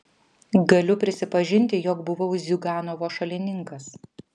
galiu prisipažinti jog buvau ziuganovo šalininkas